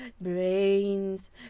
brains